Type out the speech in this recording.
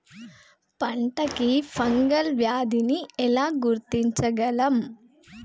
పంట కి ఫంగల్ వ్యాధి ని ఎలా గుర్తించగలం?